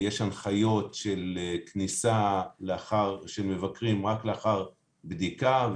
יש הנחיות של כניסה של מבקרים רק לאחר בדיקה,